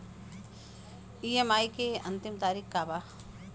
EMI के अंतिम तारीख का बा?